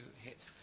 hit